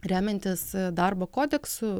remiantis darbo kodeksu